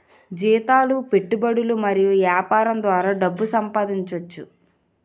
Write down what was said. జీతాలు పెట్టుబడులు మరియు యాపారం ద్వారా డబ్బు సంపాదించోచ్చు